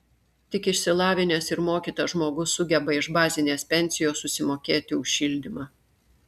tik išsilavinęs ir mokytas žmogus sugeba iš bazinės pensijos susimokėti už šildymą